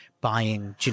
buying